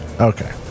Okay